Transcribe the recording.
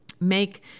make